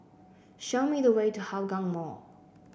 show me the way to Hougang Mall